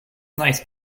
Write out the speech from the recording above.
nice